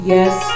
Yes